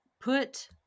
put